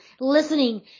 Listening